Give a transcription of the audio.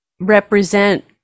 represent